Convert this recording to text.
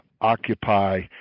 occupy